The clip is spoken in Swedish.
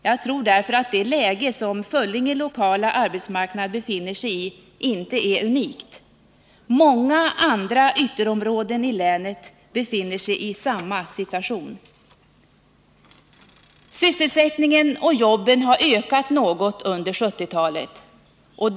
Jag tror därför att det läge som Föllinge lokala arbetsmarknad befinner sig i inte är unikt. Många andra ytterområden i länet befinner sig i samma situation. Sysselsättningen och antalet jobb har ökat något under 1970-talet.